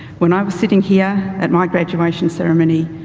when i was sitting here at my graduation ceremony,